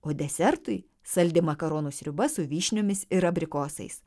o desertui saldi makaronų sriuba su vyšniomis ir abrikosais